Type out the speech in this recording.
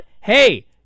hey